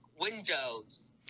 windows